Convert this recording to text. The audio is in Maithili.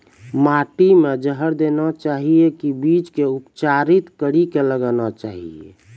माटी मे जहर देना चाहिए की बीज के उपचारित कड़ी के लगाना चाहिए?